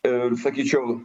ir sakyčiau